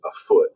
afoot